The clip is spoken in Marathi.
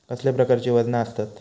कसल्या प्रकारची वजना आसतत?